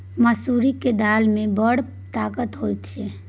मसुरीक दालि मे बड़ ताकत होए छै